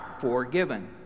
forgiven